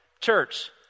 Church